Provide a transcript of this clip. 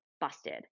busted